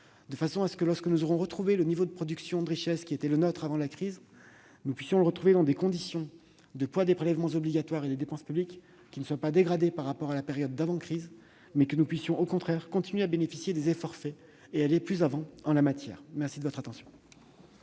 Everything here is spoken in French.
de manière que, lorsque nous aurons atteint le niveau de production de richesses qui était le nôtre avant la crise, nous retrouvions des conditions de poids des prélèvements obligatoires et des dépenses publiques qui ne soient pas dégradées par rapport à la période précédant la crise, mais que nous continuions, au contraire, à bénéficier des efforts faits, en allant plus avant en la matière. La parole est